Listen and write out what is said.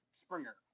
Springer